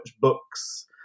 books